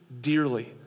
dearly